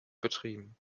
betrieben